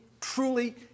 truly